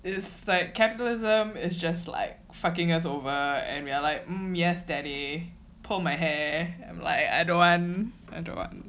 is like capitalism is just like fucking us over and we are like mm yes daddy pull my hair I don't want I don't want